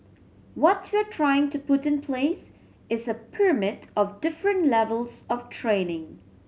what we're trying to put in place is a pyramid of different levels of training